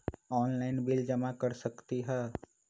Online bill जमा कर सकती ह?